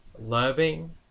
loving